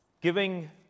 Giving